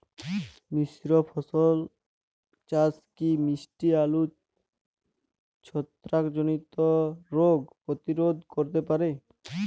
মিশ্র ফসল চাষ কি মিষ্টি আলুর ছত্রাকজনিত রোগ প্রতিরোধ করতে পারে?